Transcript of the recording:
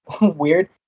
weird